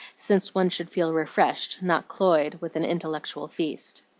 since one should feel refreshed, not cloyed, with an intellectual feast.